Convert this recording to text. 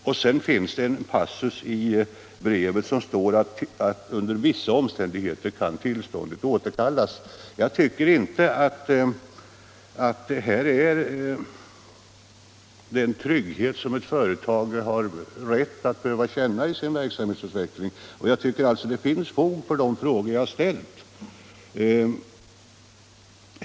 Dessutom finns det en passus i tillståndet som säger att det under vissa omständigheter kan återkallas. Detta innebär inte en trygghet som ett företag har rätt att känna i sin verksamhet, och det finns därför fog för de frågor som jag ställt.